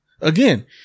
Again